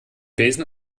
besen